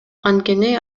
анткени